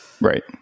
right